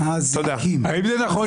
אתה בקריאה שנייה,